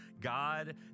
God